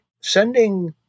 Sending